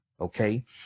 Okay